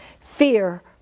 Fear